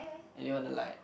anyone you like